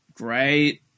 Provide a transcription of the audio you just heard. great